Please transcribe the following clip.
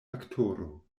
aktoro